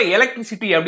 Electricity